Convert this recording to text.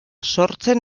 sortzen